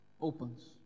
opens